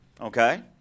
okay